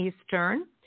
Eastern